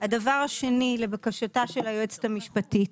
הדבר השני, לבקשתה של היועצת המשפטית.